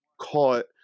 caught